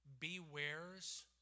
bewares